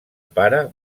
pare